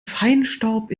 feinstaub